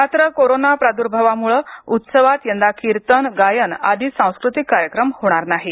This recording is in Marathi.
मात्र कोरोना प्राद्रर्भावामुळे उत्सवात यंदा कीर्तन गायन आदी सांस्कृतिक कार्यक्रम होणार नाहीत